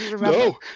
no